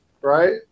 right